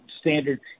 standard